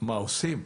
מה עושים?